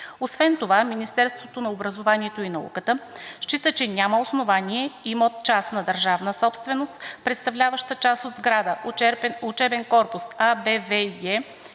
Освен това Министерството на образованието и науката счита, че няма основание имот – частна държавна собственост, представляващ част от сграда „Учебен корпус А, Б, В, Г“